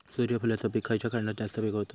सूर्यफूलाचा पीक खयच्या खंडात जास्त पिकवतत?